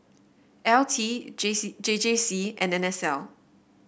L T J C J J C and NSL